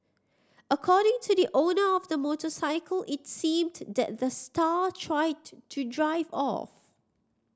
according to the owner of the motorcycle it seemed that the star tried to to drive off